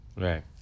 Right